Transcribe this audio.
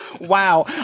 Wow